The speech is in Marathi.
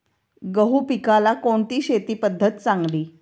गहू पिकाला कोणती शेती पद्धत चांगली?